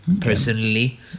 Personally